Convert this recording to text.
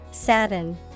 Sadden